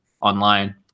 online